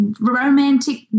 romantic